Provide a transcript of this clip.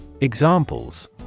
Examples